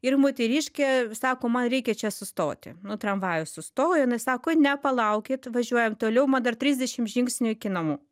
ir moteriškė sako man reikia čia sustoti nu tramvajus sustojo jinai sako ne palaukit važiuojam toliau man dar trisdešim žingsnių iki namų